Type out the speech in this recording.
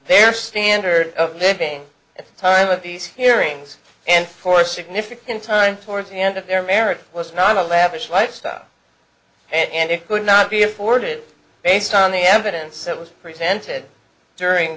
their standard of living in time of these hearings and for significant time towards the end of their marriage was not a lavish lifestyle and it could not be afforded based on the evidence that was presented during